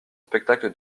spectacle